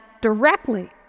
directly